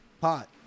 pot